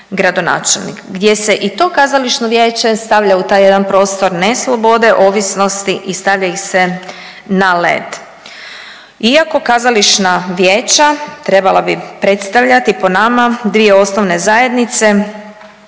gradonačelnik, gdje se i to Kazališno vijeće stavlja u taj jedan prostor neslobode, ovisnosti i stavlja ih se na led. Iako Kazališna vijeća trebala bi predstavljati po nama dvije osnovne zajednice.